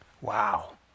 Wow